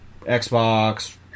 Xbox